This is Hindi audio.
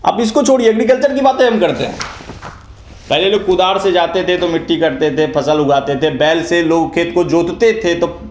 अब इसको छोड़िए एग्रीकल्चर की बातें हम करते हैं पहले लोग कुदार से जाते थे तो मिट्टी करते थे फ़सल उगाते थे बैल से खेत लोग जोतते थे